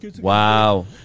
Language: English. wow